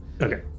okay